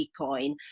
bitcoin